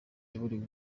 yaburiwe